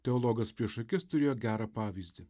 teologas prieš akis turėjo gerą pavyzdį